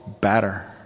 better